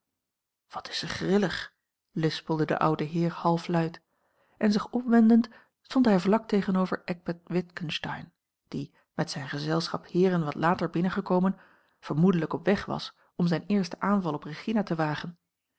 wat is ze grillig lispelde de oude heer halfluid en zich omwendend stond hij vlak tegenover eckbert witgensteyn die met zijn gezelschap heeren wat later binnengekomen vermoedelijk op weg was om zijn eersten aanval op regina te wagen